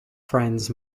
friends